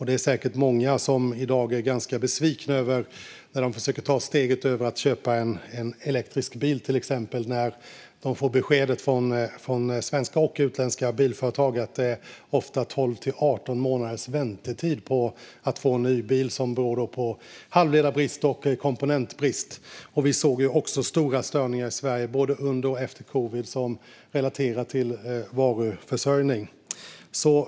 Det är säkert många som i dag blir ganska besvikna när de till exempel försöker ta steget att köpa en elektrisk bil och får beskedet från svenska och utländska bilföretag att det ofta är 12-18 månaders väntetid på en ny bil, vilket beror på halvledarbrist och komponentbrist. Vi såg också stora störningar i Sverige både under och efter covid som var relaterade till varuförsörjning.